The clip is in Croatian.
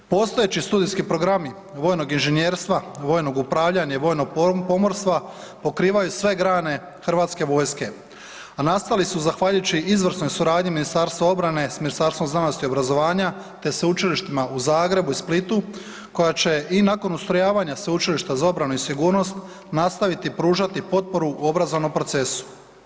Postojeći studijski programi vojnog inženjerstva, vojnog upravljanja i vojnog pomorstva, pokrivaju sve grane HV-a, a nastali su zahvaljujući izvrsnoj suradnji Ministarstva obrane s Ministarstvom znanosti i obrazovanja te sveučilištima u Zagrebu i Splitu koja će i nakon ustrojavanja Sveučilišta za obranu i sigurnost nastaviti pružati potporu u obrazovnom procesu.